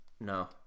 No